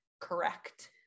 correct